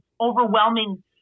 overwhelming